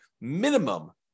minimum